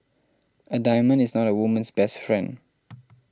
a diamond is not a woman's best friend